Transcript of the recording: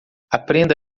aprenda